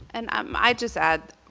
and um i just add,